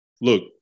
Look